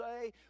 say